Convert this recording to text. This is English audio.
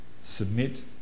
Submit